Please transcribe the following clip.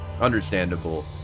understandable